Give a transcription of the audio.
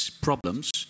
problems